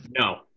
No